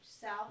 south